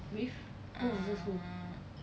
with who versus who